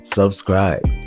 subscribe